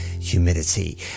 humidity